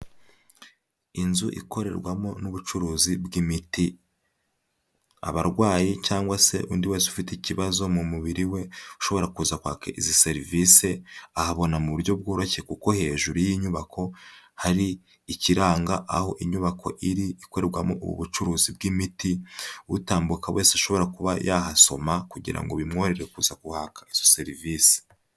Inzu ikorerwamo n'ubucuruzi bw'imiti, abarwayi cyangwa se undi wese ufite ikibazo mu mubiri we ushobora kuza kwaka izi serivisi, ahabona mu buryo bworoshye kuko hejuru y'inyubako, hari ikiranga aho inyubako iri ikorerwamo ubu bucuruzi bw'imiti, utambuka wese ashobora kuba yahasoma, kugira ngo bimworohere kuza guhaka izo serivisi.